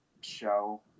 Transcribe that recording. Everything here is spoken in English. show